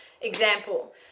example